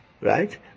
right